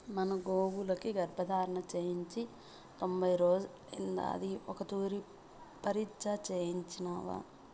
మన గోవులకి గర్భధారణ చేయించి తొంభై రోజులైతాంది ఓ తూరి పరీచ్ఛ చేయించినావా